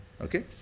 Okay